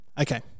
Okay